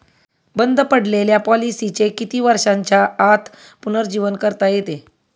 बंद पडलेल्या पॉलिसीचे किती वर्षांच्या आत पुनरुज्जीवन करता येते?